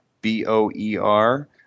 B-O-E-R